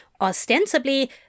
Ostensibly